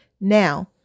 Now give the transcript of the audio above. Now